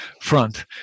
front